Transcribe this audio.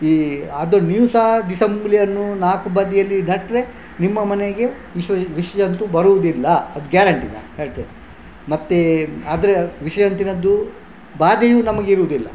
ಈ ಅದು ನೀವು ಸಹ ಬಿಸ ಮುಂಗುಲಿಯನ್ನು ನಾಲ್ಕು ಬದಿಯಲ್ಲಿ ನೆಟ್ಟರೆ ನಿಮ್ಮ ಮನೆಗೆ ವಿಶು ವಿಷಜಂತು ಬರುವುದಿಲ್ಲ ಅದು ಗ್ಯಾರಂಟಿ ನಾನು ಹೇಳ್ತೇನೆ ಮತ್ತೆ ಆದರೆ ವಿಷಜಂತಿನದ್ದು ಭಾದೆಯು ನಮಗೆ ಇರುವುದಿಲ್ಲ